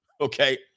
Okay